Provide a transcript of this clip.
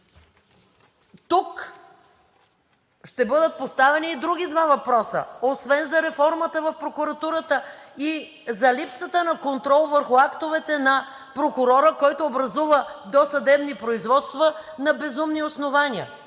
Тук ще бъдат поставени и други два въпроса – освен за реформата в прокуратурата, и за липсата на контрол върху актовете на прокурора, който образува досъдебни производства на безумни основания.